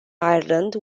ireland